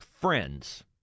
friends